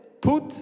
put